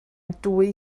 dwy